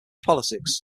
politics